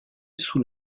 sous